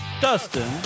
Dustin